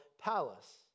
palace